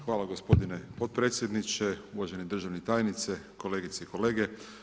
Hvala gospodine potpredsjedniče, uvaženi državni tajniče, kolegice i kolege.